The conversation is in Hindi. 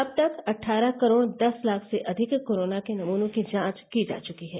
अब तक अट्ठारह करोड़ दस लाख से अधिक कोरोना के नमूनों की जांच की जा चुकी है